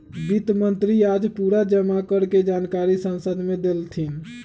वित्त मंत्री आज पूरा जमा कर के जानकारी संसद मे देलथिन